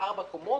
ארבע קומות.